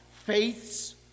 Faith's